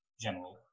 general